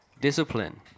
discipline